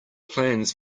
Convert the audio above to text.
plans